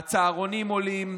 הצהרונים עולים,